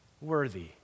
worthy